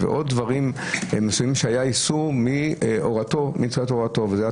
ועוד דברים מסוימים שהיה איסור מצד --- וזה היה